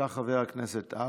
בבקשה, חבר הכנסת האוזר.